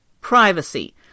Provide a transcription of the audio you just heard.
Privacy